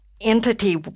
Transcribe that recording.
Entity